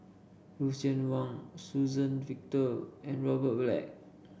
Lucien Wang Suzann Victor and Robert Black